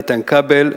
איתן כבל,